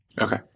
Okay